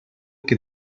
que